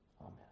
Amen